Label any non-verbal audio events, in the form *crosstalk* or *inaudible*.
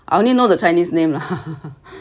I only know the chinese name lah *laughs*